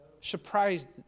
Surprised